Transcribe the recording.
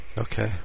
Okay